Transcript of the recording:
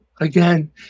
Again